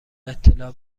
اطلاع